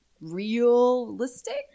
realistic